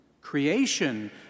Creation